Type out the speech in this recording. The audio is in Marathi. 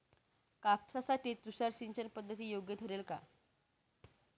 कापसासाठी तुषार सिंचनपद्धती योग्य ठरेल का?